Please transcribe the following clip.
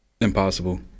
Impossible